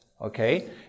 okay